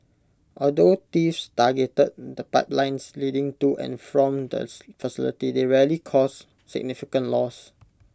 although thieves targeted the the pipelines leading to and from the facility they rarely caused significant loss